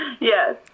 yes